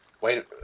wait